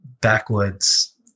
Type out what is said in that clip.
backwoods